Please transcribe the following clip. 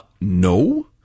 No